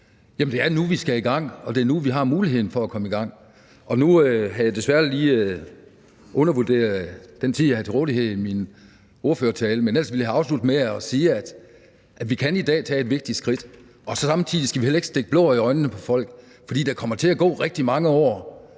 det er nu, vi skal i gang, og det er nu, vi har muligheden for at komme i gang. Jeg havde desværre lige undervurderet den tid, jeg havde til rådighed i min ordførertale, men ellers ville jeg have afsluttet med at sige, at vi i dag kan tage et vigtigt skridt. Samtidig skal vi heller ikke stikke blår i øjnene på folk, for der kommer til at gå rigtig mange år,